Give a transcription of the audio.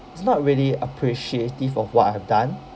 it's not really appreciative of what I have done